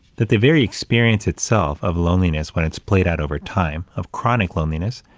that the very experience itself of loneliness when it's played out over time, of chronic loneliness,